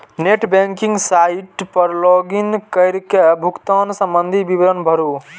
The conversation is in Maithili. नेट बैंकिंग साइट पर लॉग इन कैर के भुगतान संबंधी विवरण भरू